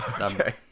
Okay